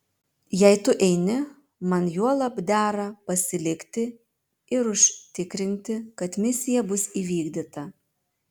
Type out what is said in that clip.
jei tu eini man juolab dera pasilikti ir užtikrinti kad misija bus įvykdyta